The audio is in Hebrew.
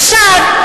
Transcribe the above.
אפשר,